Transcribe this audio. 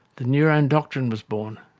the neurone doctrine was born.